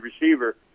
receiver